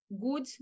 good